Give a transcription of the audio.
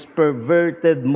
perverted